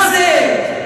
מה זה?